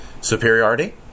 superiority